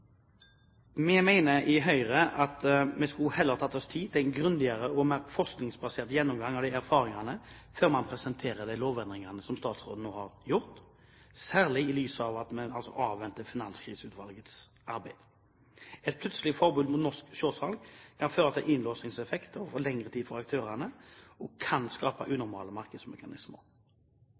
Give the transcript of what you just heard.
Vi i Høyre mener at vi heller skulle tatt oss tid til en grundigere og mer forskningsbasert gjennomgang av disse erfaringene før man presenterer de lovendringene som statsråden nå har gjort, særlig i lys av at vi avventer Finanskriseutvalgets arbeid. Et plutselig forbud mot norsk shortsalg kan føre til en innlåsningseffekt over lengre tid for aktørene og kan skape unormale markedsmekanismer.